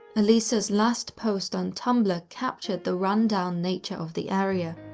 elisa's last post on tumblr captured the rundown nature of the area.